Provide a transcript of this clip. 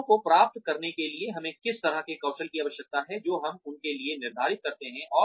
लक्ष्यों को प्राप्त करने के लिए हमें किस तरह के कौशल की आवश्यकता है जो हम उनके लिए निर्धारित करते हैं